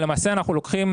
ולמעשה אנחנו לוקחים,